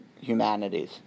humanities